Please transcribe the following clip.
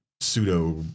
pseudo